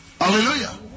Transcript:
Hallelujah